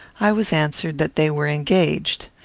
i was answered that they were engaged.